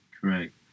Correct